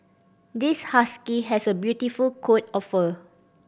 this husky has a beautiful coat of fur